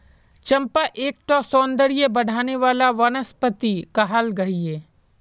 चंपा एक टा सौंदर्य बढाने वाला वनस्पति कहाल गहिये